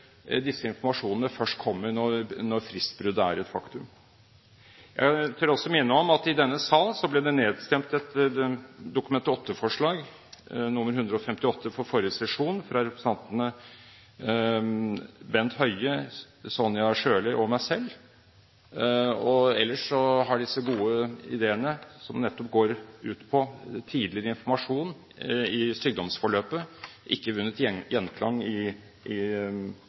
først kommer når fristbruddet er et faktum. Jeg tør også minne om at det i denne sal ble nedstemt et forslag, Dokument 8:158 S for 2010–2011, fra Bent Høie, Sonja Irene Sjøli og meg selv. Ellers så har disse gode ideene, om tidligere informasjon i sykdomsforløpet, ikke vunnet gjenklang i departementet under den nåværende ledelsen. Hvis man tenker litt videre, er det ikke noe i